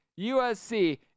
USC